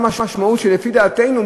מה המשמעות שלפי דעתנו,